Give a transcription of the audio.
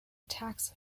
attacks